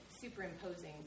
superimposing